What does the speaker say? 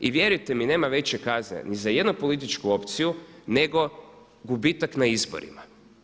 I vjerujte mi nema veće kazne ni za jednu političku opciju nego gubitak na izborima.